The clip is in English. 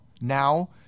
now